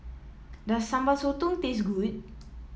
does Sambal Sotong taste good